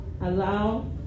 allow